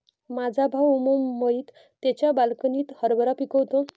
माझा भाऊ मुंबईत त्याच्या बाल्कनीत हरभरा पिकवतो